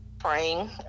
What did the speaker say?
praying